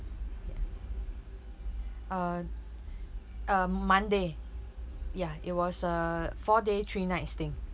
uh uh monday ya it was a four day three nights thing